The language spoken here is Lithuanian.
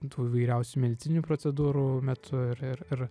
tų įvairiausių medicininių procedūrų metu ir ir ir